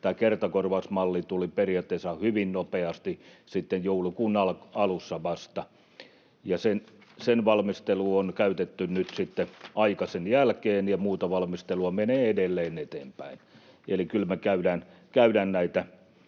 Tämä kertakorvausmalli tuli periaatteessa hyvin nopeasti sitten joulukuun alussa vasta. Sen valmisteluun on käytetty nyt aika sen jälkeen, ja muuta valmistelua menee edelleen eteenpäin. Eli kyllä me käydään näitä